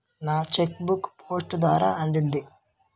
నా cheque book post ద్వారా అందింది